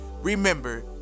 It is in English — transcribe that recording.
Remember